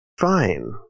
fine